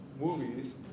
movies